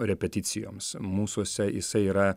repeticijoms mūsuose jisai yra